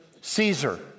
Caesar